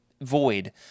void